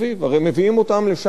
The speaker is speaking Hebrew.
מסתננים.